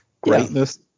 greatness